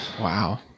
Wow